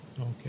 Okay